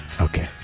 okay